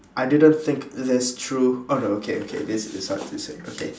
I didn't think this through oh no okay okay this this one this one okay